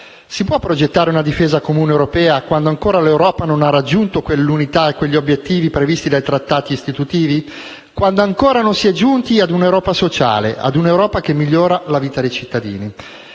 si può progettare una difesa comune europea quando ancora l'Europa non ha raggiunto quell'unità e quegli obiettivi previsti dai trattati istitutivi, quando ancora non si è giunti a un'Europa sociale, a un'Europa che migliora la vita dei cittadini?